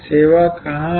सेवा कहाँ है